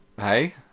Hey